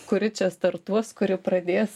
kuri čia startuos kuri pradės